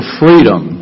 freedom